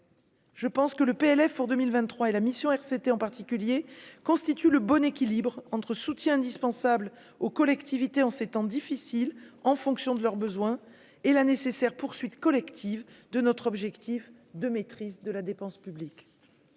Je pense que le PLF pour 2023 et la mission RCT en particulier constitue le bon équilibre entre soutien indispensable aux collectivités en ces temps difficiles en fonction de leurs besoins et la nécessaire poursuite collective de notre objectif de maîtrise de la dépense publique,